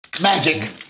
Magic